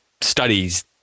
studies